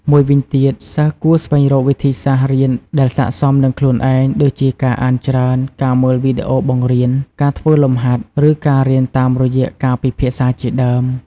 មួយវិញទៀត សិស្សគួរស្វែងរកវិធីសាស្រ្តរៀនដែលស័ក្តិសមនឹងខ្លួនឯង ដូចជាការអានច្រើន ការមើលវីដេអូបង្រៀន ការធ្វើលំហាត់ ឬការរៀនតាមរយៈការពិភាក្សាជាដើម។